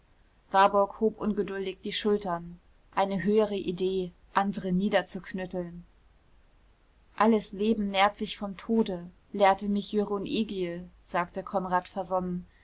warburg hob ungeduldig die schultern eine höhere idee andere niederzuknütteln alles leben nährt sich vom tode lehrte mich jörun egil sagte konrad versonnen